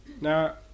Now